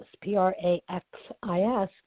P-R-A-X-I-S